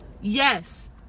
Yes